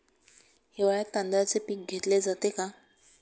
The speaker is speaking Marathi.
हिवाळ्यात तांदळाचे पीक घेतले जाते का?